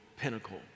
pinnacle